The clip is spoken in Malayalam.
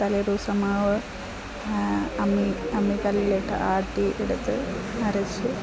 തലേ ദിവസം മാവ് അമ്മീ അമ്മിക്കല്ലിലിട്ട് ആട്ടി എടുത്ത് അരച്ച്